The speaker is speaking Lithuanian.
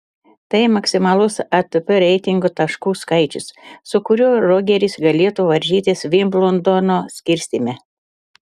tai maksimalus atp reitingo taškų skaičius su kuriuo rogeris galėtų varžytis vimbldono skirstyme